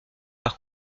par